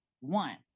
one